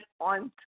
on